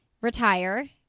retire